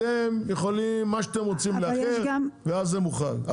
אתם יכולים לאחר מה שאתם רוצים ואז זה מוחרג.